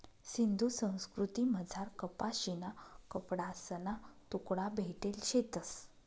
सिंधू संस्कृतीमझार कपाशीना कपडासना तुकडा भेटेल शेतंस